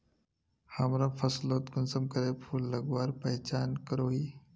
हमरा फसलोत कुंसम करे फूल लगवार पहचान करो ही?